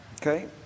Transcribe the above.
Okay